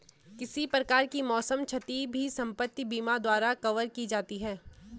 किसी प्रकार की मौसम क्षति भी संपत्ति बीमा द्वारा कवर की जाती है